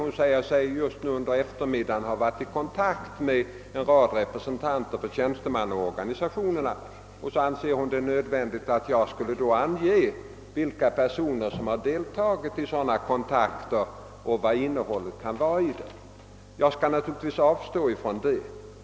Hon säger sig under eftermiddagen ha varit i kontakt med en rad representanter för tjänstemannaorganisationerna, och så anser hon det nödvändigt att jag skulle ange med vilka personer kontakter har tagits och även redovisa vad kontakterna inneburit. Jag skall naturligtvis avstå från detta.